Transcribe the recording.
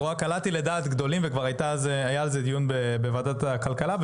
קלעתי לדעת גדולים והיה על זה דיון בוועדת הכלכלה.